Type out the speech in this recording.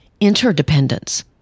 interdependence